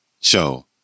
Show